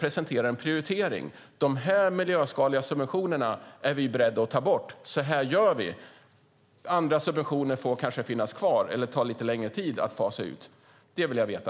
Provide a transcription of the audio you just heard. Jag undrar om ni kommer att säga: Dessa miljöskadliga subventioner är vi beredda att ta bort, och så här gör vi. Andra subventioner får kanske finnas kvar eller ta lite längre tid att fasa ut. Det vill jag veta.